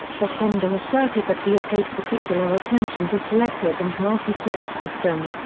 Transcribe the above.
fessenden asserted that he had paid particular attention to selective and multiplex systems,